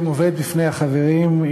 שמובאת בפני החברים,